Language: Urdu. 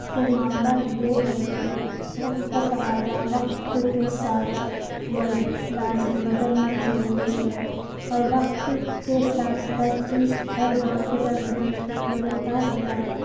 اس کے معاملات یہ ہے کہ وقت کا تقاضہ وقت کے ساتھ لازم بدلنا ضروری ہے اور وقت کے ساتھ ہر چیز ہر دور کے ساتھ بدلتا رہتا ہے